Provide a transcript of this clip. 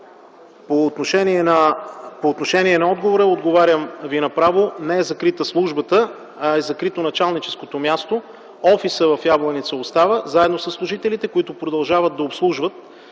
По отношение на въпроса, отговарям Ви направо: не е закрита службата, а е закрито началническото място. Офисът в Ябланица остава, заедно със служителите, които продължават да обслужват